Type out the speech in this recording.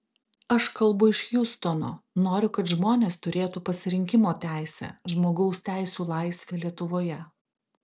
aš kalbu iš hjustono noriu kad žmonės turėtų pasirinkimo teisę žmogaus teisių laisvę lietuvoje